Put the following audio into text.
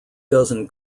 dozen